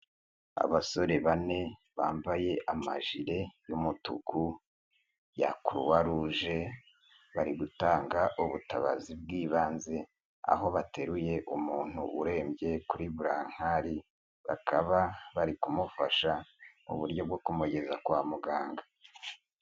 Abasore bane, bambaye amajire y'umutuku ya croix rouge, bari gutanga ubutabazi bw'ibanze, aho bateruye umuntu urembye kuri burankari, bakaba bari kumufasha mu buryo bwo kumugeza kwa muganga.